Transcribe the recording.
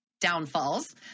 downfalls